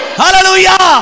Hallelujah